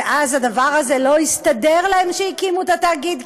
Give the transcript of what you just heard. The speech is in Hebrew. ואז הדבר הזה לא הסתדר להם, שהקימו את התאגיד.